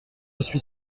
suis